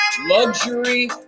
luxury